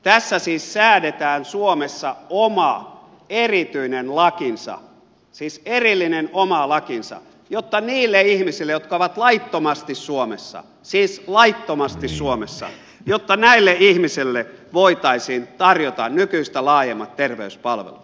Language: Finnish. tässä siis säädetään suomessa oma erityinen lakinsa siis erillinen oma lakinsa jotta niille ihmisille jotka ovat laittomasti suomessa siis laittomasti suomessa voitaisiin tarjota nykyistä laajemmat terveyspalvelut